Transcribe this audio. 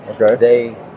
Okay